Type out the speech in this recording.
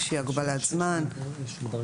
ב-2(ג)